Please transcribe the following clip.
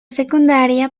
secundaria